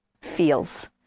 feels